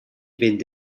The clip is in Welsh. fynd